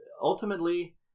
ultimately